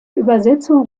übersetzung